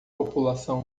população